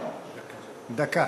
דקה.